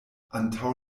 antaŭ